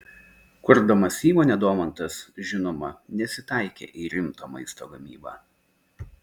kurdamas įmonę domantas žinoma nesitaikė į rimto maisto gamybą